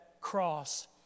Cross